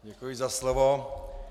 Děkuji za slovo.